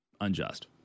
unjust